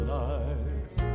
life